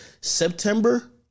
September